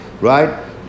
right